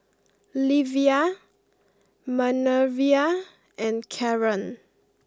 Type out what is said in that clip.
Livia Manervia and Caron